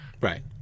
Right